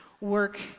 work